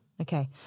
Okay